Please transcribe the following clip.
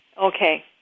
Okay